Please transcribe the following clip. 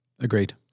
Agreed